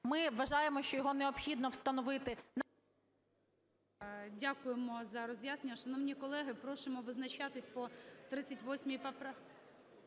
ми вважаємо, що його необхідно встановити… ГОЛОВУЮЧИЙ. Дякуємо за роз'яснення. Шановні колеги, просимо визначатися по 38 поправці…